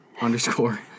underscore